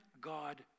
God